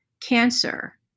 cancer